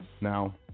Now